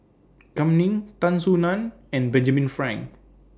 Kam Ning Tan Soo NAN and Benjamin Frank